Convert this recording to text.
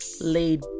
laid